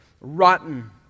rotten